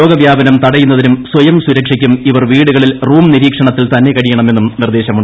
രോഗ വ്യാപനം തടയുന്നതിനും സ്വയം സുരക്ഷക്കും ഇവർ വീടുകളിൽ റൂം നിരീക്ഷണത്തിൽ തന്നെ കഴിയണമെന്നും നിർദ്ദേശമുണ്ട്